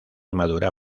madura